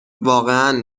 واقعا